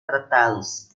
tratados